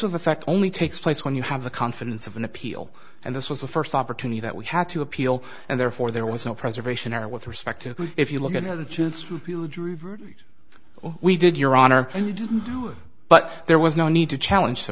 of affect only takes place when you have the confidence of an appeal and this was the first opportunity that we had to appeal and therefore there was no preservation or with respect if you look at just what we did your honor and you didn't do it but there was no need to challenge the